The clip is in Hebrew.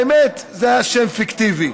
האמת, זה היה שם פיקטיבי,